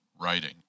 writing